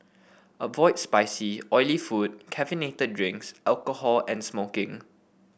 avoid spicy oily food caffeinated drinks alcohol and smoking